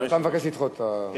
אתה מבקש לדחות את, ?